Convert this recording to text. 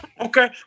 Okay